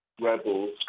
rebels